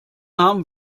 haben